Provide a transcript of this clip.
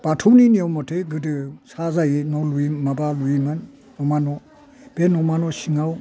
बाथौनि नियम मथे गोदो साहाजायो न' लुयो माबा लुयोमोन न'मा न' बे न'मा न' सिङाव